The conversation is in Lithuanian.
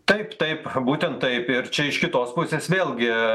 taip taip būtent taip ir čia iš kitos pusės vėlgi